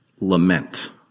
lament